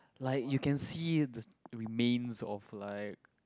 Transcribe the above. like you can see the remains of like